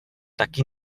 taky